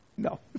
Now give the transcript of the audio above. No